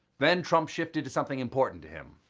then, trump shifted to something important to him.